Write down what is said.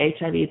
HIV